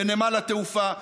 בנמל התעופה,